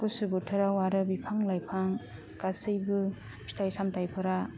गुसु बोथोराव आरो बिफां लाइफां गासैबो फिथाइ सामथाइफोरा